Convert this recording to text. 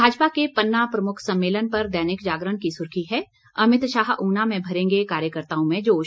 भाजपा के पन्ना प्रमुख सम्मेलन पर दैनिक जागरण की सुर्खी है अमित शाह ऊना में भरेंगे कार्यकर्ताओं में जोश